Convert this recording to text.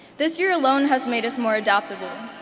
this year alone has made us more adaptable.